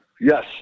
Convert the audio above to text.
Yes